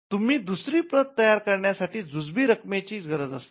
म्हणून दुसरी प्रत तयार करण्यासाठी जुजबी रक्कमेची गरज असते